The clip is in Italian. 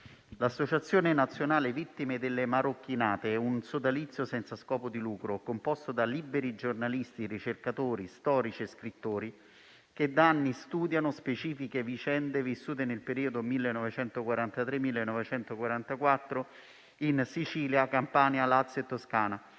l'Associazione nazionale vittime delle marocchinate è un sodalizio senza scopo di lucro composto da liberi giornalisti, ricercatori, storici e scrittori che da anni studiano specifiche vicende accadute nel periodo 1943-1944 in Sicilia, Campania, Lazio e Toscana,